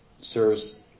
serves